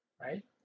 right